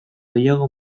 gehiago